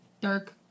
Dark